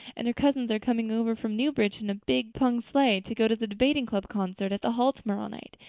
and her cousins are coming over from newbridge in a big pung sleigh to go to the debating club concert at the hall tomorrow night.